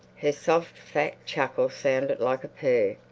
her soft, fat chuckle sounded like a purr.